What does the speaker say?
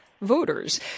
voters